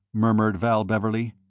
murmured val beverley.